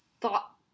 thought